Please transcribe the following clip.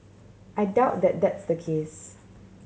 I doubt that that's the case